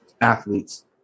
athletes